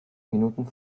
minuten